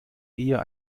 eher